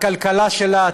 הכלכלה שלה,